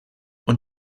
und